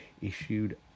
issued